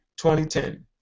2010